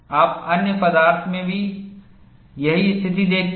आप अन्य पदार्थ में भी यही स्थिति देखते हैं